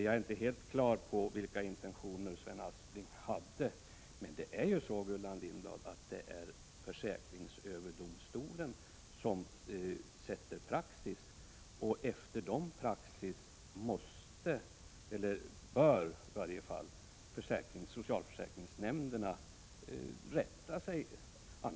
Jag är inte helt klar över vilka intentioner Sven Aspling hade, men det är försäkringsöverdomstolen som bestämmer praxis, och efter denna praxis bör socialförsäkringsnämnderna rätta sig.